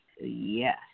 yes